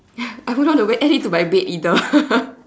I wouldn't want it add it to my bed either